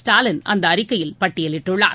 ஸ்டாலின் அந்த அறிக்கையில் பட்டியிலிட்டுள்ளார்